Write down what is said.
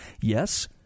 Yes